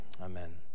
amen